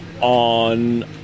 on